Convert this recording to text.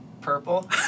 purple